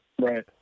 Right